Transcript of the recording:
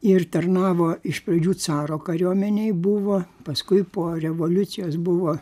ir tarnavo iš pradžių caro kariuomenėj buvo paskui po revoliucijos buvo